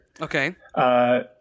Okay